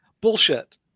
Bullshit